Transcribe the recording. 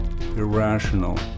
irrational